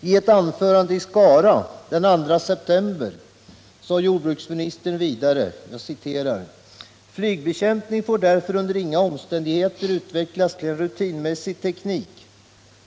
I ett anförande i Skara den 2 september sade jordbruksministern vidare: ”Flygbekämpning får därför under inga omständigheter utvecklas till en rutinmässig teknik.